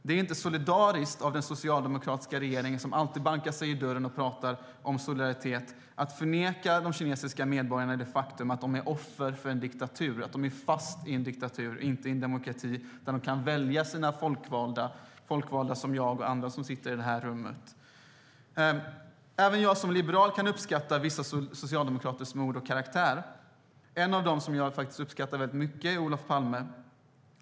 Det är inte solidariskt av den socialdemokratiska regeringen, som alltid slår sig för bröstet och talar om solidaritet, att förneka de kinesiska medborgarna det faktum att de är offer för en diktatur. De är fast i en diktatur, och inte i en demokrati där de kan välja sina folkvalda - folkvalda som jag och andra som sitter i det här rummet. Även jag som liberal kan uppskatta vissa socialdemokraters mod och karaktär. En av dem som jag uppskattar mycket är Olof Palme.